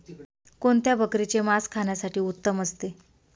कोणत्या बकरीचे मास खाण्यासाठी उत्तम असते?